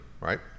right